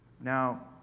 Now